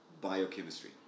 biochemistry